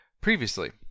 Previously